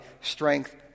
strength